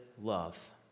love